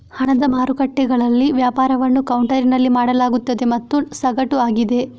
ಹಣದ ಮಾರುಕಟ್ಟೆಗಳಲ್ಲಿ ವ್ಯಾಪಾರವನ್ನು ಕೌಂಟರಿನಲ್ಲಿ ಮಾಡಲಾಗುತ್ತದೆ ಮತ್ತು ಸಗಟು ಆಗಿದೆ